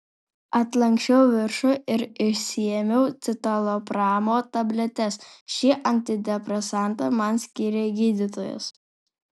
atlanksčiau viršų ir išsiėmiau citalopramo tabletes šį antidepresantą man skyrė gydytojas